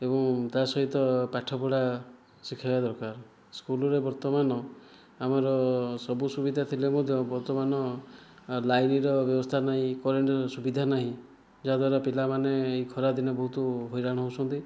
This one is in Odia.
ଏବଂ ତା ସହିତ ପାଠ ପଢ଼ା ଶିଖାଇବା ଦରକାର ସ୍କୁଲରେ ବର୍ତ୍ତମାନ ଆମର ସବୁ ସୁବିଧା ଥିଲେ ମଧ୍ୟ ବର୍ତ୍ତମାନ ଲାଇନର ବ୍ୟବସ୍ଥା ନାହିଁ କରେଣ୍ଟର ସୁବିଧା ନାହିଁ ଯାହାଦ୍ୱାରା ପିଲାମାନେ ଏହି ଖରା ଦିନେ ବହୁତ ହଇରାଣ ହେଉଛନ୍ତି